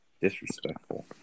Disrespectful